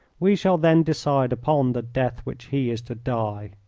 we shall then decide upon the death which he is to die.